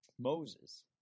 Moses